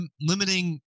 limiting